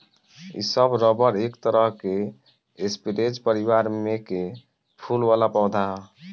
इ सब रबर एक तरह के स्परेज परिवार में के फूल वाला पौधा ह